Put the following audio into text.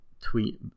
tweet